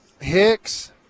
Hicks